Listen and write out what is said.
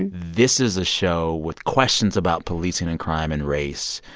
and this is a show with questions about policing and crime and race,